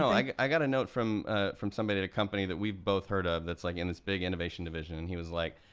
i got a note from ah from somebody in a company that we've both heard of that's like in this big innovation division, he was like,